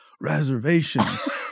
reservations